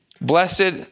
Blessed